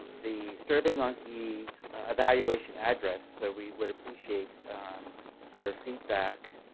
the survey monkey evaluation address so we would appreciate your feedback